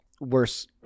worse